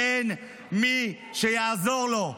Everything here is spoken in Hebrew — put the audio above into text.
אין מי שיעזור לו.